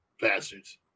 Bastards